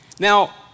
Now